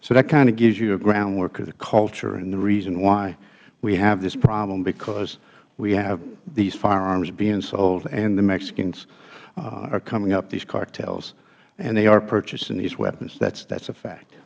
so that kind of gives you a groundwork of the culture and the reason why we have this problem because we have these firearms being sold and the mexicans are coming up these cartels and they are purchasing these weapons that is a fact